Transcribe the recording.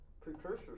precursors